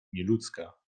nieludzka